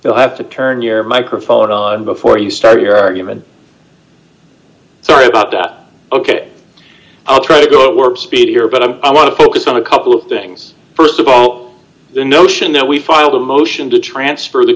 they'll have to turn your microphone on before you start your argument sorry about that ok i'll try to go work speed here but i want to focus on a couple of things st of all the notion that we filed a motion to transfer the